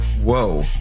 Whoa